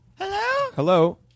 Hello